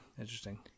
Interesting